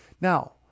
Now